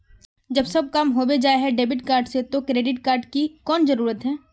जब सब काम होबे जाय है डेबिट कार्ड से तो क्रेडिट कार्ड की कोन जरूरत है?